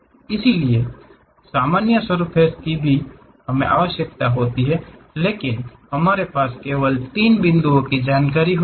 इसलिए सामान्य सर्फ़ेस की भी हमें आवश्यकता होती है लेकिन हमारे पास केवल तीन बिंदुओं की जानकारी होती है